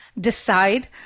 decide